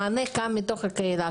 המענה קם מתוך הקהילה,